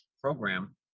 program